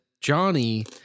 Johnny